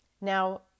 now